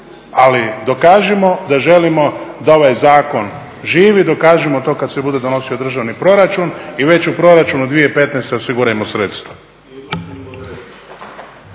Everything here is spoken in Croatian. ali dokažimo da želimo da ovaj zakon živi, dokažimo to kada se bude donosio državni proračun i već u proračunu 2015.osigurajmo sredstva.